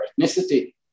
ethnicity